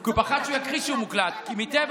הוא לא יודע שהוא מוקלט?